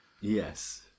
Yes